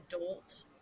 adult